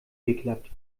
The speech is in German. geklappt